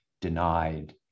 denied